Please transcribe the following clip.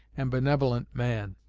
and benevolent man.